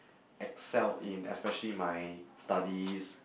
excelled in especially my studies